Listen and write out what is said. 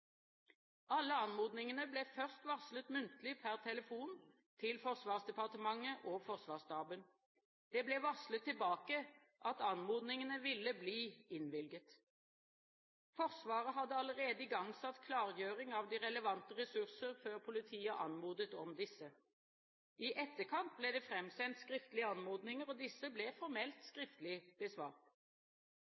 Alle anmodningene ble først varslet muntlig per telefon til Forsvarsdepartementet og Forsvarsstaben. Det ble varslet tilbake at anmodningene ville bli innvilget. Forsvaret hadde allerede igangsatt klargjøring av de relevante ressurser før politiet anmodet om disse. I etterkant ble det framsendt skriftlige anmodninger, og disse ble formelt skriftlig besvart.